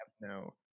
no